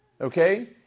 Okay